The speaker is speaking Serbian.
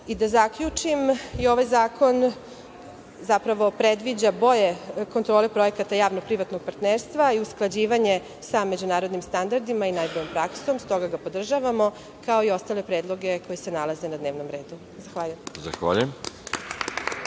zaključim. I ovaj zakon predviđa bolju kontrolu projekata javno-privatnog partnerstva i usklađivanjem sa međunarodnim standardima i najboljom praksom, s toga ga podržavamo, kao i ostale predloge koji se nalaze na dnevnom redu. **Veroljub